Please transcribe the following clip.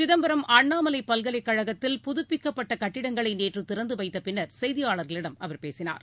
சிதம்பரம் அண்ணாமலைப் பல்கலைக் கழகத்தில் புதுப்பிக்கட்டகட்டிடங்களைநேற்றுதிறந்துவைத்தபின்னர் செய்தியாளர்களிடம் அவர் பேசினார்